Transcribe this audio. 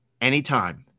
anytime